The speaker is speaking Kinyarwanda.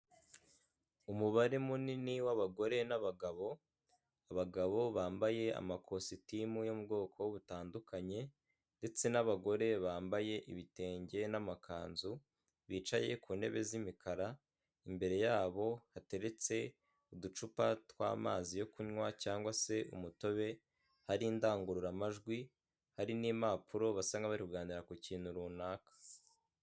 Umubare munini w'abagore n'abagabo, abagabo bambaye amakositimu yo mu bwoko butandukanye ndetse n'abagore bambaye ibitenge n'amakanzu, bicaye ku ntebe z'imikara, imbere yabo hateretse uducupa tw'amazi yo kunywa cyangwa se umutobe, hari indangururamajwi, hari n'impapuro, basa nk'abari kuganira ku kintu runaka.